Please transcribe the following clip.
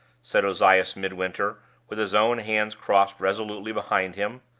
said ozias midwinter, with his own hands crossed resolutely behind him.